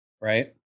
right